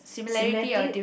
similarity